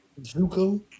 Zuko